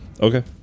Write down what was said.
Okay